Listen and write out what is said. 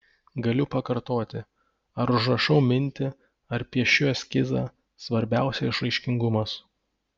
galiu pakartoti ar užrašau mintį ar piešiu eskizą svarbiausia išraiškingumas